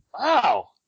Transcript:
Wow